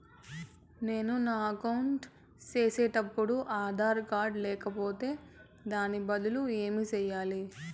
నేను నా అకౌంట్ సేసేటప్పుడు ఆధార్ కార్డు లేకపోతే దానికి బదులు ఏమి సెయ్యాలి?